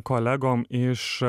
kolegom iš